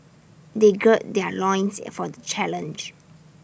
they gird their loins is for the challenge